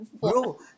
bro